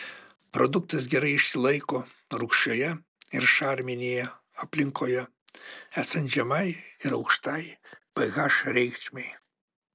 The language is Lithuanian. produktas gerai išsilaiko rūgščioje ir šarminėje aplinkoje esant žemai ir aukštai ph reikšmei